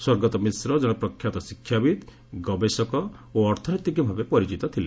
ସ୍ୱର୍ଗତ ମିଶ୍ର କଣେ ପ୍ରଖ୍ୟାତ ଶିକ୍ଷାବିତ୍ ଗବେଷକ ଓ ଅର୍ଥନୀତି ଭାବେ ପରିଚିତ ଥିଲେ